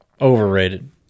Overrated